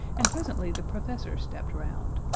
and presently the professor stepped round.